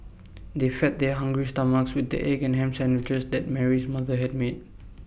they fed their hungry stomachs with the egg and Ham Sandwiches that Mary's mother had made